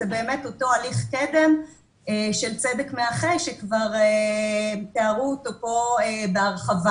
הוא באמת אותו הליך קד"מ של צדק מאחה שכבר תיארו אותו כאן בהרחבה.